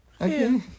Okay